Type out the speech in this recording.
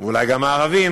ואולי גם הערבים,